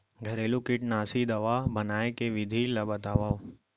घरेलू कीटनाशी दवा बनाए के विधि ला बतावव?